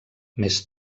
més